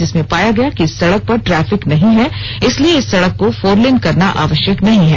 जिसमें पाया गया कि इस सड़क पर ट्रैफिक नहीं है इसलिए इस सड़क को फोरलेन करना आवश्यक नहीं है